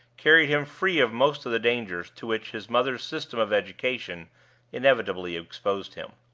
carried him free of most of the dangers to which his mother's system of education inevitably exposed him.